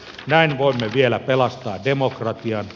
näin voimme vielä pelastaa demokratian